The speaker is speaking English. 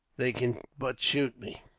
they can but shoot me.